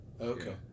Okay